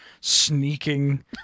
sneaking